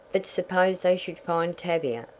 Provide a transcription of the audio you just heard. but suppose they should find tavia,